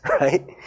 right